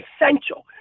essential